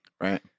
Right